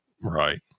right